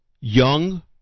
young